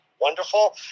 wonderful